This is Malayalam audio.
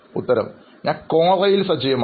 അഭിമുഖം സ്വീകരിക്കുന്നയാൾ ഞാൻ ക്വോറയിൽ സജീവമാണ്